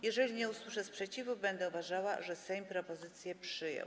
Jeżeli nie usłyszę sprzeciwu, będę uważała, że Sejm propozycję przyjął.